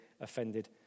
offended